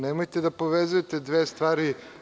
Nemojte da povezujete dve stvari.